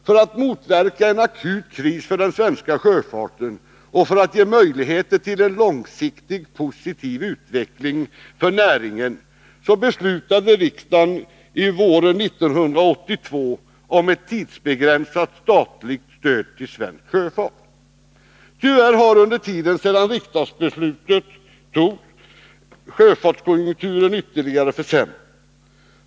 För att motverka en akut kris inom den svenska sjöfarten och för att möjliggöra en långsiktig positiv utveckling för näringen beslutade riksdagen våren 1982 om ett tidsbegränsat statligt stöd till svensk sjöfart. Tyvärr har konjunkturen ytterligare försämrats för sjöfarten under den tid som gått sedan riksdagen fattade beslutet.